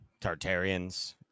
Tartarians